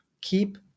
Keep